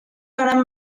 gran